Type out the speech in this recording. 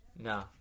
No